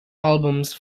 albums